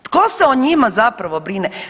Tko se o njima zapravo brine?